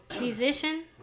musician